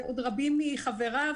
ועוד רבים מחבריו,